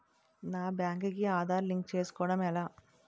నా బ్యాంక్ కి ఆధార్ లింక్ చేసుకోవడం ఎలా?